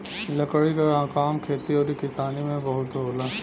लकड़ी क काम खेती आउर किसानी में बहुत होला